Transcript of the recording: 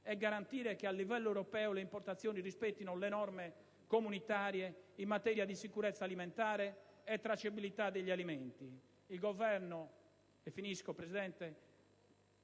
e garantire che a livello europeo le importazioni rispettino le norme comunitarie in materia di sicurezza alimentare e tracciabilità degli alimenti. Il Governo